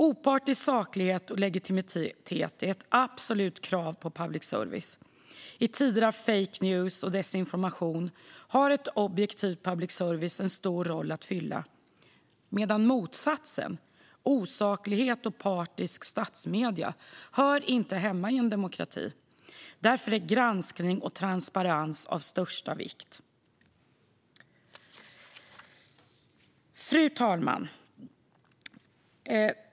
Opartiskhet, saklighet och legitimitet är ett absolut krav på public service. I tider av fake news och desinformation har en objektiv public service en stor roll att fylla medan motsatsen, osaklighet och partiska statsmedier, inte hör hemma i en demokrati. Därför är granskning och transparens av största vikt. Fru talman!